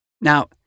Now